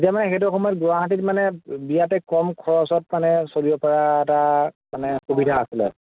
তেতিয়া মানে সেইটো সময়ত গুৱাহাটীত মানে বিৰাতে কম খৰচত মানে চলিব পৰা এটা মানে সুবিধা আছিলে